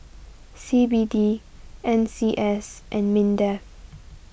C B D N C S and Mindef